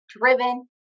driven